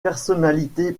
personnalité